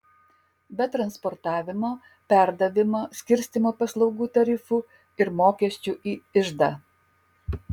be transportavimo perdavimo skirstymo paslaugų tarifų ir mokesčių į iždą